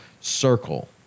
circle